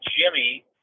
Jimmy